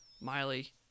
Miley